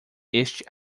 este